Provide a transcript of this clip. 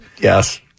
Yes